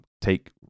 take